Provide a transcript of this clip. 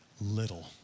little